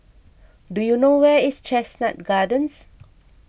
do you know where is Chestnut Gardens